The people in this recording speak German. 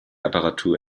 apparatur